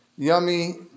Yummy